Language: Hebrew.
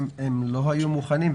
הם לא היו מוכנים,